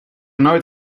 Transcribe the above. nooit